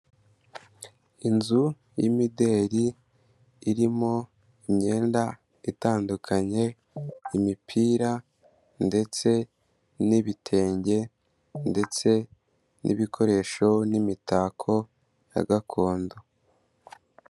Inzu y'imideli irimo imyenda itandukanye, imipira ndetse n'ibitenge ndetse n'ibikoresho n'imitako ya gakondo.